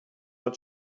not